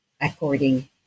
according